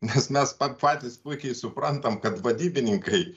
nes mes pa patys puikiai suprantam kad vadybininkai